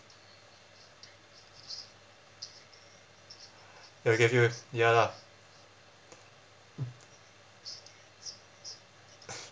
they will give you ya lah